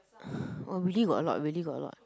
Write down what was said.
oh really got a lot really got a lot